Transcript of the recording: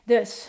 Dus